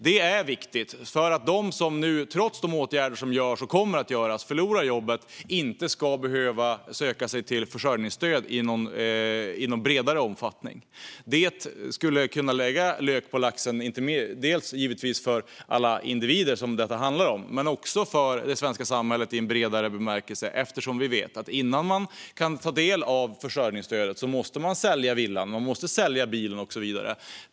Det är viktigt för att de som nu, trots de åtgärder som genomförs och kommer att genomföras, förlorar jobbet inte ska behöva söka sig till försörjningsstöd i en bredare omfattning. Det skulle kunna lägga lök på laxen, dels givetvis för alla individer som detta handlar om, dels för det svenska samhället i en bredare bemärkelse, eftersom vi vet att man innan man kan ta del av försörjningsstödet måste sälja villan, bilen och så vidare.